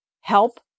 help